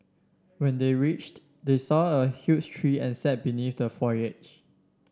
when they reached they saw a huge tree and sat beneath the foliage